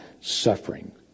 suffering